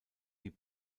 die